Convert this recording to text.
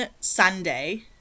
Sunday